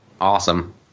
Awesome